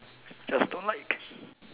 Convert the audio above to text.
just don't like